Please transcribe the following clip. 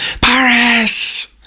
Paris